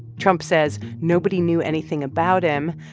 trump says nobody knew anything about him.